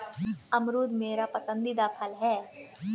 अमरूद मेरा पसंदीदा फल है